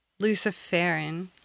Luciferin